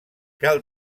cal